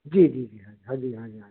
जी जी जी हाँ हांजी हांजी हांजी